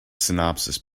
synopsis